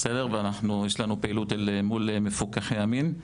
יש לנו פעילות מול מפוקחי המין,